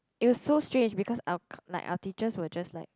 it was so strange because our like our teachers were just like